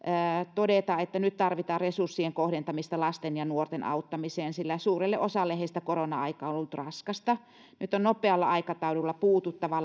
todeta että nyt tarvitaan resurssien kohdentamista lasten ja nuorten auttamiseen sillä suurelle osalle heistä korona aika on ollut raskasta nyt on nopealla aikataululla puututtava